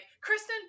Kristen